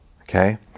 Okay